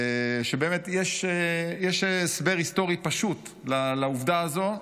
ובאמת יש הסבר היסטורי פשוט לעובדה הזו,